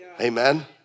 Amen